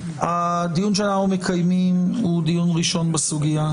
הדיון שאנחנו מקיימים הוא דיון ראשון בסוגיה.